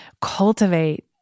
cultivate